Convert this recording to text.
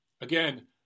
Again